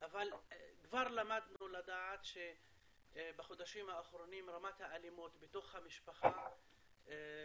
אבל כבר למדנו לדעת שבחודשים האחרונים רמת האלימות בתוך המשפחה גאתה,